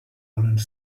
orange